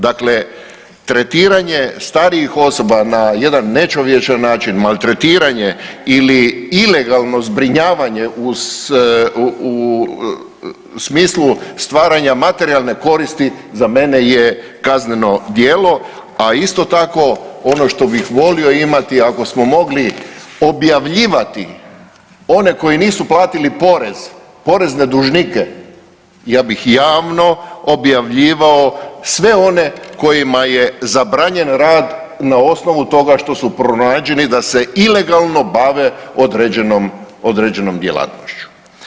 Dakle, tretiranje starijih osoba na jedan nečovječan način, maltretiranje ili ilegalno zbrinjavanje uz, u smislu stvaranja materijalne koristi, za mene je kazneno djelo, a isto tako, ono što bih volio imati, ako smo mogli objavljivati one koji nisu platili porez, porezne dužnike, ja bih javno objavljivao sve one kojima je zabranjen rad na osnovu toga što su pronađeni da se ilegalno bave određenom djelatnošću.